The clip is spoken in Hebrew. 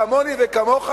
כמוני וכמוך,